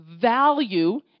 value